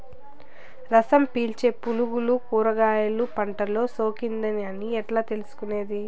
రసం పీల్చే పులుగులు కూరగాయలు పంటలో సోకింది అని ఎట్లా తెలుసుకునేది?